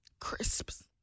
Crisps